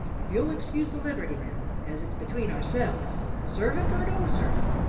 if you'll excuse the liberty, mem, as it's between ourselves, servant or no servant,